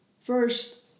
First